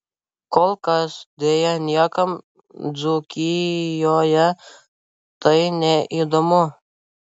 kol kas deja niekam dzūkijoje tai neįdomu